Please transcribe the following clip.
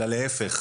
אלא להיפך,